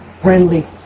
friendly